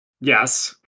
Yes